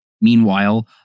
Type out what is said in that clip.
Meanwhile